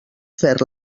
fer